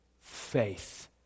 faith